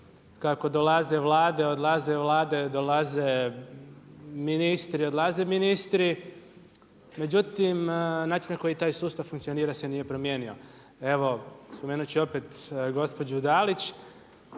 kako dolaze Vlade, odlaze Vlade, dolaze ministri, odlaze ministri. Međutim, način na koji taj sustav funkcionira se nije promijenio. Evo spomenut ću opet gospođu Dalić.